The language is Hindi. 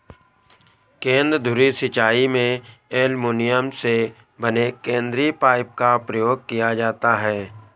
केंद्र धुरी सिंचाई में एल्युमीनियम से बने केंद्रीय पाइप का प्रयोग किया जाता है